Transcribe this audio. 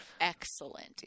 Excellent